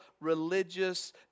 religious